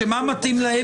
שמה מתאים להם?